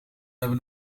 hebben